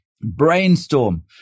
brainstorm